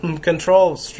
control